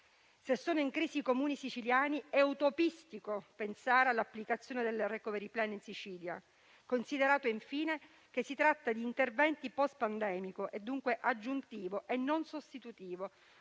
Se sono in crisi i Comuni siciliani è utopistico pensare all'applicazione del *recovery plan* in Sicilia, considerato infine che si tratta di interventi *post* pandemici e, dunque, aggiuntivi e non sostitutivi.